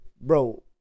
bro